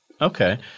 Okay